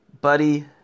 Buddy